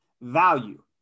Value